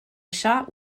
shot